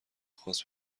خاص